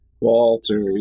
Walter